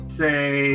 say